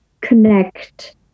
connect